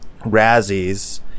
Razzies